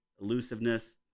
elusiveness